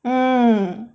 mm